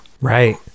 right